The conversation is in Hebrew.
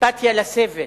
אמפתיה לסבל,